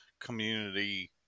community